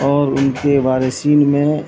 اور ان کے وارثین میں